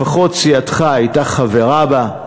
לפחות סיעתך הייתה חברה בה,